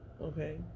Okay